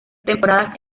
temporadas